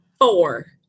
four